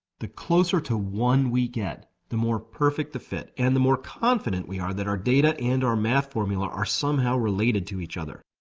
the closer to one we get, the more perfect the fit and the more confident we are that our data and our math formula are somehow related to each other.